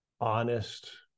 honest